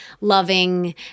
loving